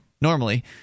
normally